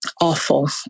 awful